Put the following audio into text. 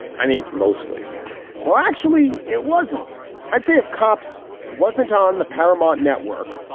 i mean, mostly well, actually, it wasn't i'd say if cops wasn't on the paramount network,